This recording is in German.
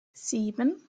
sieben